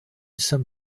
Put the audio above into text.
some